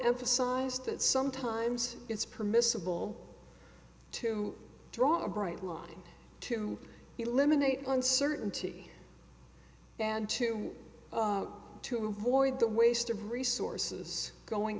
emphasized that sometimes it's permissible to draw a bright line to eliminate uncertainty and to to avoid the waste of resources going